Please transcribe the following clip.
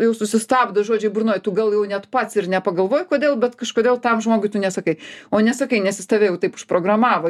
jau susistabdo žodžiai burnoj tu gal jau net pats ir nepagalvoji kodėl bet kažkodėl tam žmogui tu nesakai o nesakai nes jis tave jau taip užprogramavo